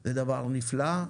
זה דבר נפלא,